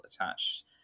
attached